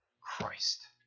Christ